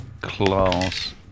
class